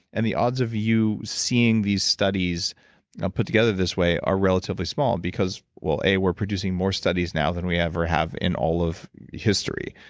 and the odds of you seeing these studies put together this way are relatively small, because well, a, we're producing more studies now than we ever have in all of history,